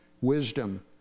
wisdom